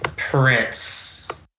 Prince